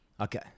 Okay